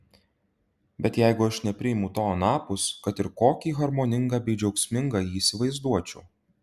bet jeigu aš nepriimu to anapus kad ir kokį harmoningą bei džiaugsmingą jį įsivaizduočiau